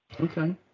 Okay